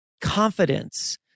confidence